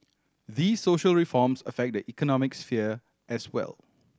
these social reforms affect the economic sphere as well